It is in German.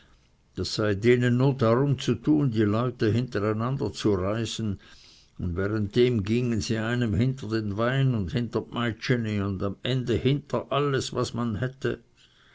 das sei denen nur darum zu tun die leute hinter einander zu reisen und währenddem gingen sie einem hinter den wein und hinter dmeitscheni und am ende hinter alles was man hätte